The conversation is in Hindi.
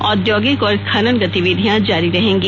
औद्योगिक और खनन गतिविधियां जारी रहेंगी